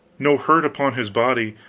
no hurt upon his body,